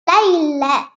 இல்ல